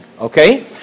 okay